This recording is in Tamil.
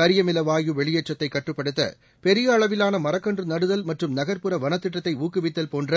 கரியமில வாயு வெளியேற்றத்தை கட்டுப்படுத்த பெரிய அளவிலான மரக்கன்று நடுதல் மற்றும் நகர்ப்புற வனத்திட்டத்தை ஊக்குவித்தல் போன்ற